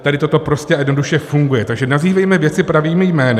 Tady toto prostě a jednoduše funguje, takže nazývejme věci pravými jmény.